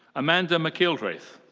amanda mcillwraith.